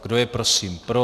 Kdo je prosím pro?